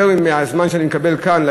יותר מהזמן שאני מקבל כאן,